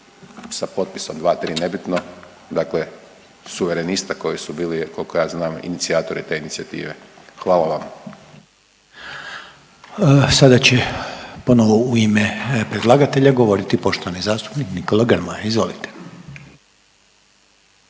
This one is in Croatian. sa potpisom 2-3 nebitno, dakle suverenista koji su bili koliko ja znam inicijatori te inicijative. Hvala vam. **Reiner, Željko (HDZ)** Sada će ponovo u ime predlagatelja govoriti poštovani zastupnik Nikola Grmoja. Izvolite.